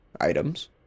items